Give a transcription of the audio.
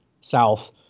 South